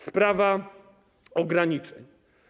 Sprawa ograniczeń.